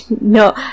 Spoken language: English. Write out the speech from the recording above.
no